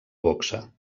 boxa